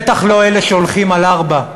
בטח לא אלה שהולכים על ארבע,